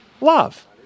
love